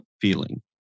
feeling